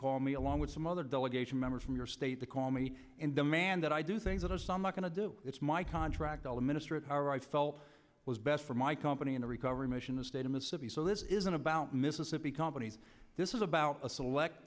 call me along with some other delegation members from your state to call me and demand that i do things that are some are going to do it's my contract all the ministry of power i felt was best for my company in a recovery mission the state of mississippi so this isn't about mississippi companies this is about a select